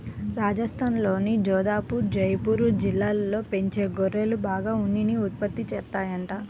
రాజస్థాన్లోని జోధపుర్, జైపూర్ జిల్లాల్లో పెంచే గొర్రెలు బాగా ఉన్నిని ఉత్పత్తి చేత్తాయంట